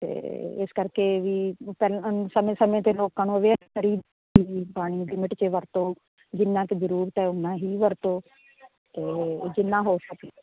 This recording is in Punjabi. ਅਤੇ ਇਸ ਕਰਕੇ ਵੀ ਪਹਿਲਾਂ ਸਮੇਂ ਸਮੇਂ 'ਤੇ ਲੋਕਾਂ ਨੂੰ ਅਵੇਅਰ ਕਰੀ ਪਾਣੀ ਦੀ ਲਿਮਿਟ 'ਚ ਵਰਤੋਂ ਜਿੰਨਾ ਕੁ ਜ਼ਰੂਰਤ ਹੈ ਉਨਾ ਹੀ ਵਰਤੋਂ ਅਤੇ ਉਹ ਜਿੰਨਾ ਹੋ ਸਕੇ